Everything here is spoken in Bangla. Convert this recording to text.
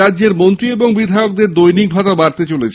রাজ্যের মন্ত্রী ও বিধায়কদের দৈনিক ভাতা বাড়তে চলেছে